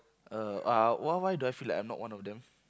uh uh why why do I feel like I'm not one of them